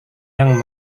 yang